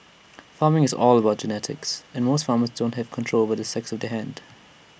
farming is all about genetics and most farmers don't have control over the sex of their hand